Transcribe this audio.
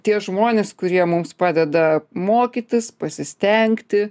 tie žmonės kurie mums padeda mokytis pasistengti